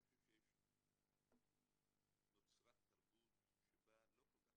אני חושב שנוצרה תרבות שלא כל כך